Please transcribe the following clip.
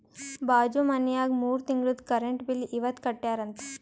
ಬಾಜು ಮನ್ಯಾಗ ಮೂರ ತಿಂಗುಳ್ದು ಕರೆಂಟ್ ಬಿಲ್ ಇವತ್ ಕಟ್ಯಾರ ಅಂತ್